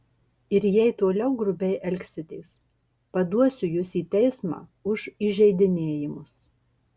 ir jei toliau grubiai elgsitės paduosiu jus į teismą už įžeidinėjimus